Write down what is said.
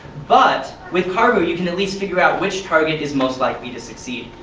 but, with carver you can at least figure out which target is most likely to succeed.